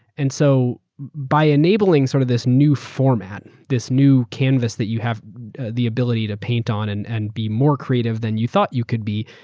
and so by enabling sort of this new format, this new canvass that you have the ability to paint on and and be more creative than you thought you can be,